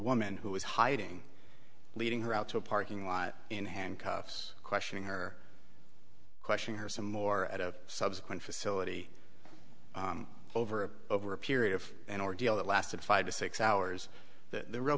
woman who was hiding leading her out to a parking lot in handcuffs questioning her question her some more at a subsequent facility over over a period of an ordeal that lasted five to six hours the real